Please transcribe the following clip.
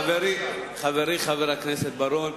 חברי חבר הכנסת בר-און,